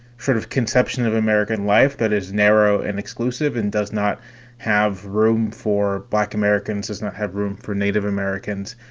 sort of conception of american life that is narrow and exclusive and does not have room for black americans, does not have room for native americans,